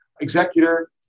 executor